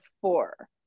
four